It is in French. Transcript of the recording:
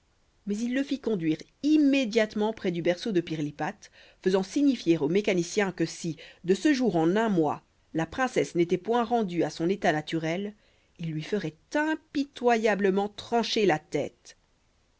mais il le fit conduire immédiatement près du berceau de pirlipate faisant signifier au mécanicien que si de ce jour en un mois la princesse n'était point rendue à son état naturel il lui ferait impitoyablement trancher la tête